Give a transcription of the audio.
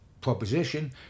proposition